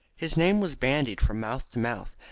his name was bandied from mouth to mouth,